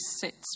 sits